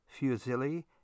fusilli